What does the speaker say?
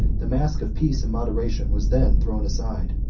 the mask of peace and moderation was then thrown aside.